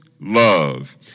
love